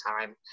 time